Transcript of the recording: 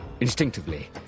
Instinctively